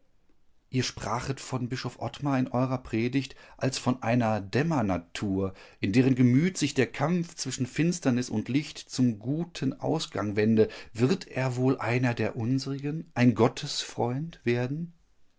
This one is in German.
ihr sprachet von bischof ottmar in eurer predigt als von einer dämmernatur in deren gemüt sich der kampf zwischen finsternis und licht zum guten ausgang wende wird er wohl einer der unsrigen ein gottesfreund werden